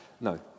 No